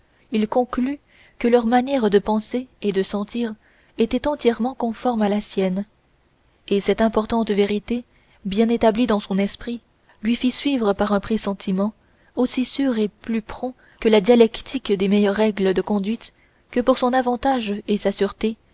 il conclut que leur manière de penser et de sentir était entièrement conforme à la sienne et cette importante vérité bien établie dans son esprit lui fit suivre par un pressentiment aussi sûr et plus prompt que la dialectique les meilleures règles de conduite que pour son avantage et sa sûreté